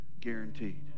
guaranteed